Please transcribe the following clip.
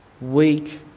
weak